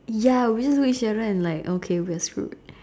ya we just look each other and like okay we're screwed